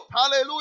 Hallelujah